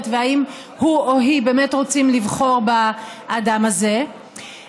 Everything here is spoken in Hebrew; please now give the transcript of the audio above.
והאם הוא או היא באמת רוצים לבחור באדם הזה,